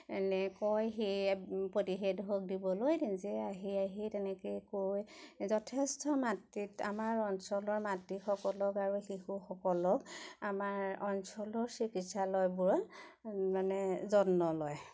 এনেকৈ সেই প্ৰতিষেধক দিবলৈ নিজে আহি আহি তেনেকৈ কৈ যথেষ্ট মাতৃক আমাৰ অঞ্চলৰ মাতৃসকলক আৰু শিশুসকলক আমাৰ অঞ্চলৰ চিকিৎসালয়বোৰত মানে যত্ন লয়